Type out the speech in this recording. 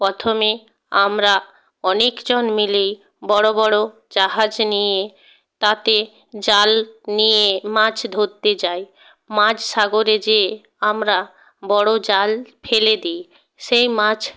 প্রথমে আমরা অনেকজন মিলেই বড় বড় জাহাজ নিয়ে তাতে জাল নিয়ে মাছ ধরতে যাই মাঝ সাগরে যেয়ে আমরা বড় জাল ফেলে দিই সেই মাছ